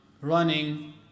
running